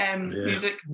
Music